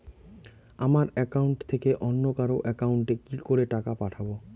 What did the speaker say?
আমার একাউন্ট থেকে অন্য কারো একাউন্ট এ কি করে টাকা পাঠাবো?